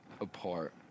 apart